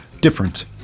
Different